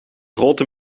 grote